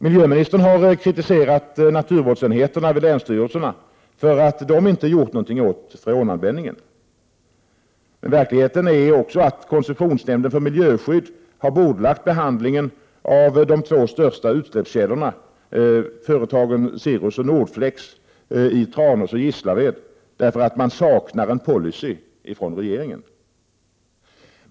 Miljöministern har kritiserat naturvårdsenheterna vid länsstyrelserna för att de inte gjort någonting åt freonanvändningen. Men verkligheten är att koncessionsnämnden för miljöskydd har bordlagt behandlingen av de två största utsläppskällorna, företagen Cirrus och Nordflex i Tranås och Gislaved, därför att man saknar en policy från regeringen!